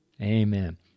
Amen